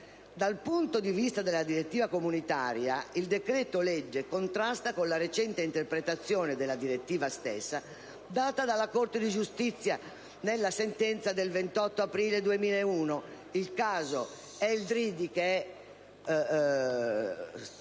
Dal punto di vista della direttiva comunitaria, il decreto‑legge contrasta con la recente interpretazione della direttiva stessa data dalla Corte di giustizia dell'UE nella sentenza del 28 aprile 2001 (caso El Dridi, che è stato